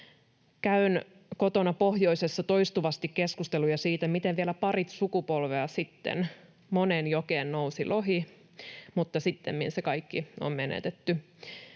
Käyn kotona pohjoisessa toistuvasti keskusteluja siitä, miten vielä pari sukupolvea sitten moneen jokeen nousi lohi, mutta sittemmin se kaikki on menetetty.